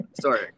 Sorry